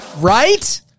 Right